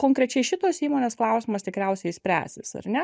konkrečiai šitos įmonės klausimas tikriausiai spręsis ar ne